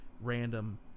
random